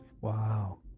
Wow